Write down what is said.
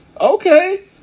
Okay